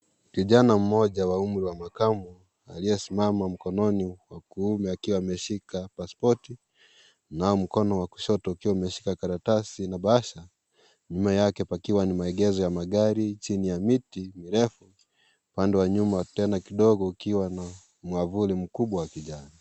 Kijana mmoja wa umri wa makamu aliyesimama mkononi wa kuume akiwa ameshika paspoti na mkono wa kushoto ukiwa umeshika karatasi na bahasha, nyuma yake pakiwa ni maegesho ya magari chini ya miti mirefu, upande wa nyuma tena kidogo ukiwa na mwavuli mkubwa wa kijani.